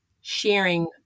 sharing